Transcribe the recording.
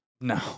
No